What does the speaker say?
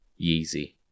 Yeezy